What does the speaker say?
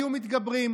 היו מתגברים".